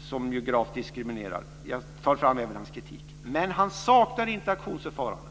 som gravt diskriminerar befintliga radioföretag. Jag tar även upp hans kritik, men han saknar inte auktionsförfarandet.